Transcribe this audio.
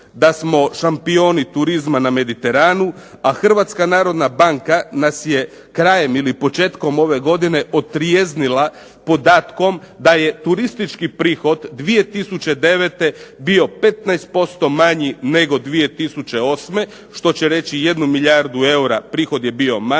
da smo šampioni turizma na Mediteranu, a HNB nas je krajem ili početkom ove godine otrijeznila podatkom da je turistički prihod 2009. bio 15% manji nego 2008. Što će reći 1 milijardu eura bio je manji.